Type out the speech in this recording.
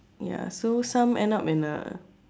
ya so some end up in a